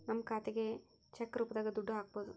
ನಮ್ ಖಾತೆಗೆ ಚೆಕ್ ರೂಪದಾಗ ದುಡ್ಡು ಹಕ್ಬೋದು